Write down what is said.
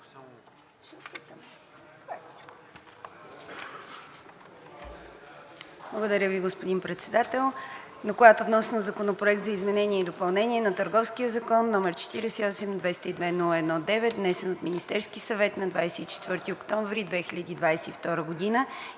Благодаря Ви, господин Председател.